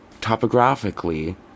Topographically